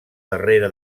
darrere